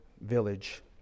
village